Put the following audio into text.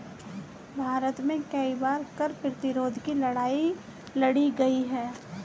भारत में कई बार कर प्रतिरोध की लड़ाई लड़ी गई है